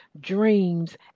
dreams